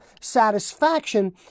satisfaction